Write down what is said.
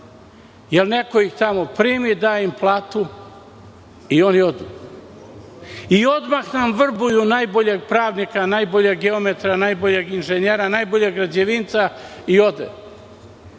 Jer, neko ih tamo primi, da im dobru platu i oni odu. I odmah nam vrbuju najboljeg pravnika, najboljeg geometra, najboljeg inženjera, najboljeg građevinca. Dođe